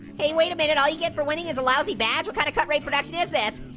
hey wait a minute, all you get for winning is a lousy badge? what kind of cut-rate production is this?